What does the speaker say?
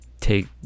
take